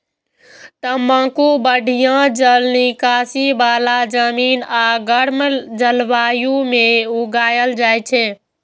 तंबाकू बढ़िया जल निकासी बला जमीन आ गर्म जलवायु मे उगायल जाइ छै